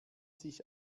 sich